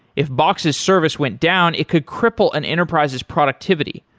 if box's service went down, it could cripple an enterprises productivity,